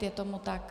Je tomu tak?